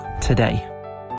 today